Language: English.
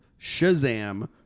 Shazam